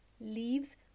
Leaves